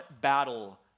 battle